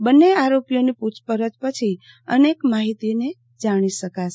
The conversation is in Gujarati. બંન્ને આરોપીઓની પુછપરછ પછી અનેક માહિતી જાણી શકાશે